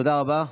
תודה רבה.